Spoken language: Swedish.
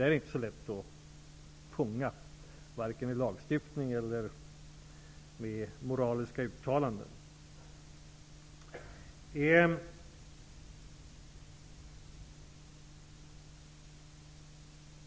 Det är inte så lätt att fånga upp sådant här vare sig i lagstiftning eller med moraliska uttalanden.